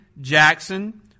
Jackson